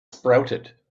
sprouted